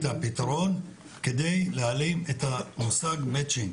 הפתרון כדי להעלים את המושג Matching.